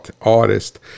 artist